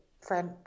friend